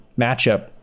matchup